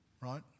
Right